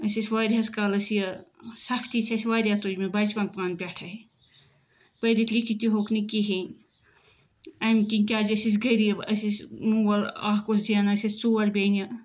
أسۍ ٲسۍ واریاہَس کالس یہِ سَختی چھِ اَسہِ واریاہ تُجہِ مٕژ بَچپن پانہٕ پٮ۪ٹھٕے پٔرِتھ لٮ۪کھت تہِ ہیوٛکھ نہٕ کِہیٖنۍ اَمہِ کِنۍ کیازِ أسۍ ٲسۍ غریٖب أسۍ ٲسۍ مول اَکھ اوس زینان أسۍ ٲسۍ ژور بیٚنہِ